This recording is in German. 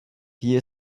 hier